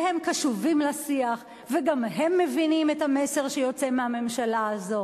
והם קשובים לשיח וגם הם מבינים את המסר שיוצא מהממשלה הזאת.